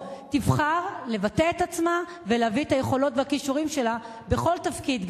תבחר לבטא את עצמה ולהביא את היכולות והכישורים שלה בכל תפקיד,